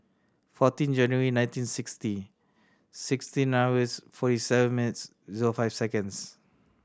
fourteen January nineteen sixty sixteen hours forty seven minutes zero five seconds